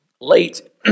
late